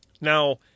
now